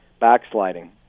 backsliding